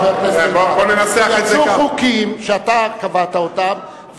חבר הכנסת איתן: יצאו חוקים שאתה קבעת אותם,